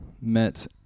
met